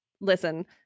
Listen